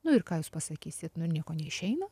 nu ir ką jūs pasakysit nu nieko neišeina